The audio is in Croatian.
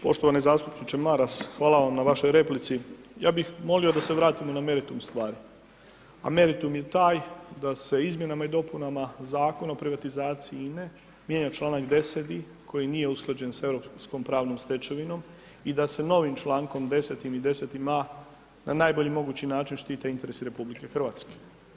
Poštovani zastupniče Maras, hvala vam na vašoj replici, ja bih molimo da se vratimo na meritum stvari, a meritum je taj da se izmjenama i dopunama Zakona o privatizaciji INE mijenja članak 10.-ti koji nije usklađen sa Europskom pravnom stečevinom i da se novim člankom 10.-tim i 10a. na najbolji mogući način štite interesi RH.